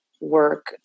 work